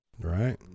Right